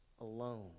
alone